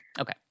Okay